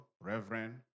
reverend